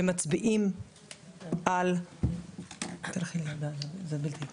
(מקרינה שקף, שכותרתו: דמוגרפיה יהודית 2021.)